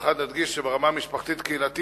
במיוחד נדגיש שברמה המשפחתית-קהילתית